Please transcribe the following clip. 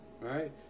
Right